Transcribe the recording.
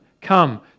come